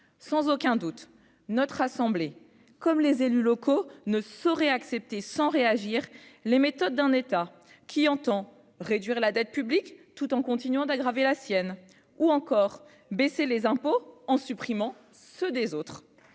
sans aucun doute notre assemblée comme les élus locaux ne saurait accepter sans réagir les méthodes d'un État qui entend réduire la dette publique, tout en continuant d'aggraver la sienne ou encore baisser les impôts en supprimant ceux des autres,